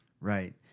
Right